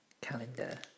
calendar